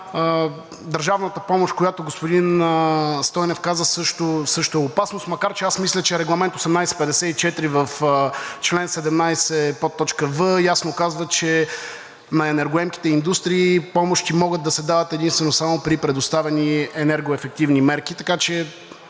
държавната помощ, която господин Стойнев каза, също е опасност. Макар че мисля, че Регламент 1854 в чл. 17, подточка „в“ ясно казва, че на енергоемките индустрии помощи могат да се дават единствено и само при предоставени енергоефективни мерки. Така че